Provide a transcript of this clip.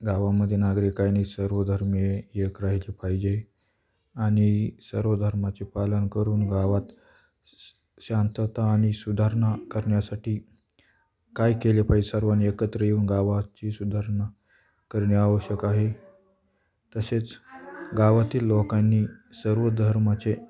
गावामध्ये नागरिकाने सर्व धर्मीय येत राहिले पाहिजे आणि सर्व धर्माचे पालन करून गावात शांतता आणि सुधारणा करण्यासाठी काय केले पाहिजे सर्वानी एकत्र येऊन गावाची सुधारणा करणे आवश्यक आहे तसेच गावातील लोकांनी सर्व धर्माचे